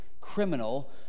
criminal